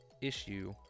issue